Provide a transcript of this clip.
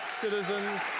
citizens